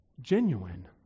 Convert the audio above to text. Genuine